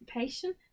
patient